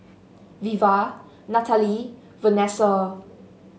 Veva Natalee Vanessa